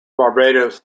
barbados